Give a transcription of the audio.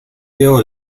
veo